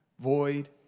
void